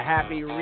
Happy